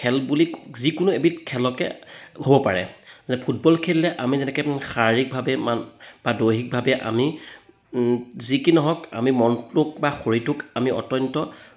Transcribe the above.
খেল বুলি যিকোনো এবিধ খেলকে হ'ব পাৰে যে ফুটবল খেলিলে আমি যেনেকৈ শাৰীৰিকভাৱে মান বা দৈহিকভাৱে আমি যিকি নহওক আমি মনটোক বা শৰীৰটোক আমি অত্যন্ত